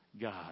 God